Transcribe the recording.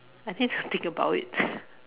I need to think about it